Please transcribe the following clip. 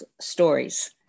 stories